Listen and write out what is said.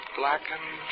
blackened